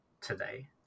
today